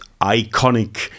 iconic